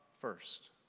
first